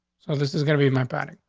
so this is gonna be my paddock.